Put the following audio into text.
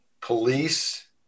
police